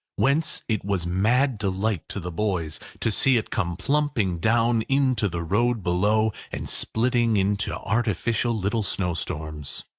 whence it was mad delight to the boys to see it come plumping down into the road below, and splitting into artificial little snow-storms.